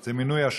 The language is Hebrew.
זה מינוי השופטים: